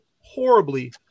horribly